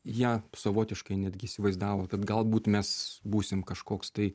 jie savotiškai netgi įsivaizdavo kad galbūt mes būsim kažkoks tai